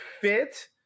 fit